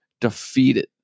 defeated